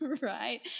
right